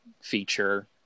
feature